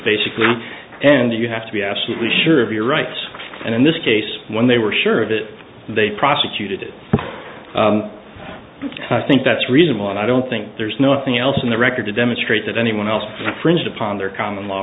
basically and you have to be absolutely sure of your rights and in this case when they were sure of it they prosecuted i think that's reasonable and i don't think there's nothing else in the record to demonstrate that anyone else fringed upon their common law